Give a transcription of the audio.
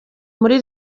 muri